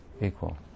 equal